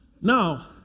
Now